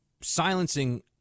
silencing